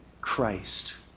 Christ